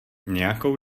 nějakou